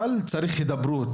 אבל אני חושב שצריכים לנהל הידברות.